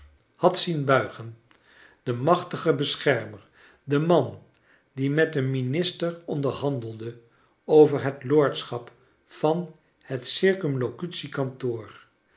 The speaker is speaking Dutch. had charles dickens zien buigen de machtige beschermer de man die met een minister onderhandelde over het lordschap van het